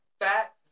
fat